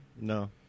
No